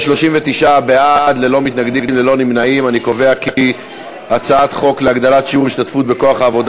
ההצעה להעביר את הצעת חוק להגדלת שיעור ההשתתפות בכוח העבודה